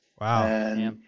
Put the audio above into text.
Wow